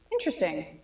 Interesting